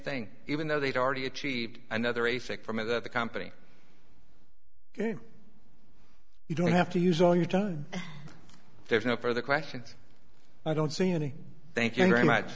thing even though they'd already achieved another a sick from it that the company you don't have to use all your time there's no further questions i don't see any thank you very much